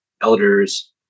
elders